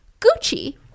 Gucci